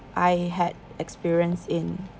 I had experience in